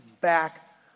back